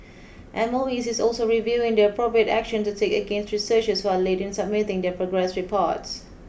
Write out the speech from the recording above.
M O E is also reviewing the appropriate action to take against researchers who are late in submitting their progress reports